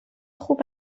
خوب